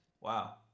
Wow